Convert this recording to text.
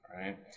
right